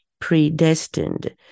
predestined